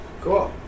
Cool